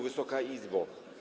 Wysoka Izbo!